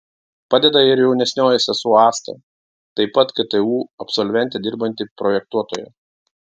padeda ir jaunesnioji sesuo asta taip pat ktu absolventė dirbanti projektuotoja